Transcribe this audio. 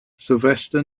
sylvester